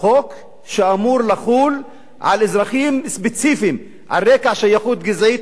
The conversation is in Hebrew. חוק שאמור לחול על אזרחים ספציפיים על רקע שייכות גזעית?